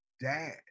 dad